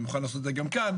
אני מוכן לעשות את זה גם כאן,